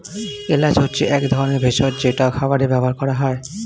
এলাচ হচ্ছে এক ধরনের ভেষজ যেটা খাবারে ব্যবহার করা হয়